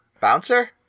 Bouncer